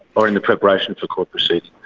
or in the preparation of the court proceeding.